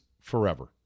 forever